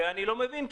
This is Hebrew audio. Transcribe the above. ואני לא מבין.